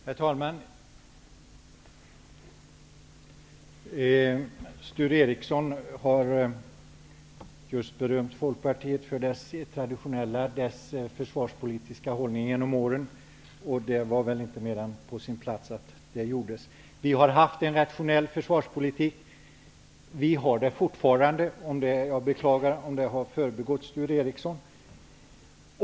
Herr talman! Sture Ericson har just berömt Folkpartiet för dess försvarspolitiska hållning genom åren. Det var väl inte mer än på sin plats att det gjordes. Vi har haft en rationell försvarspolitik. Det har vi fortfarande. Jag beklagar om det har förbigått Sture Ericson.